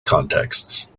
contexts